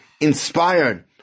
inspired